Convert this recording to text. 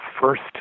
first